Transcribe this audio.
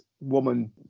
woman